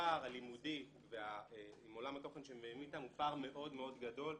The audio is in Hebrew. הפער הלימודי ועולם התוכן שהם מביאים איתם הוא פער מאוד מאוד גדול,